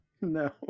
No